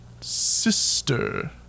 sister